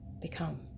become